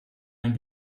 ein